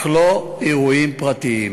אך לא אירועים פרטיים.